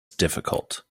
difficult